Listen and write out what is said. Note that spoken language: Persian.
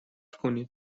کنین